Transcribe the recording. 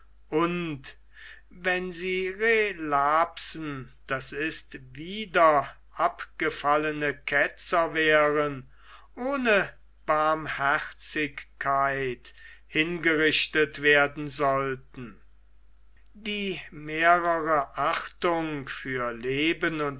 und wenn sie relapsen d i wiederabgefallene ketzer wären ohne barmherzigkeit hingerichtet werden sollten die mehrere achtung für leben und